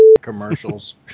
commercials